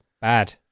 bad